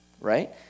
right